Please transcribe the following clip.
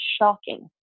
shocking